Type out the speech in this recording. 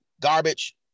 Garbage